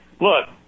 Look